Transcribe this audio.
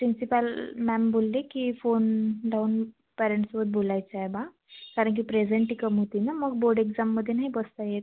principal ma'am बोलली की phone लावून पेरेंट्स सोबत बोलायचं आहे बा कारण की प्रेझेंटी कमी होती ना मग बोर्ड एक्झाममध्ये नाही बसता येत